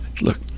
Look